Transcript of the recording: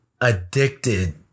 addicted